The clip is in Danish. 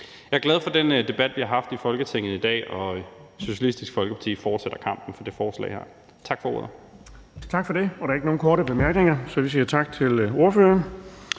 Jeg er glad for den debat, vi har haft i Folketinget i dag, og Socialistisk Folkeparti fortsætter kampen for det her forslag her. Tak for ordet. Kl. 17:33 Den fg. formand (Erling Bonnesen): Tak for det. Der er ikke nogen korte bemærkninger. Så vi siger tak til ordføreren.